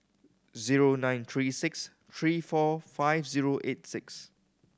zero nine three six three four five zero eight six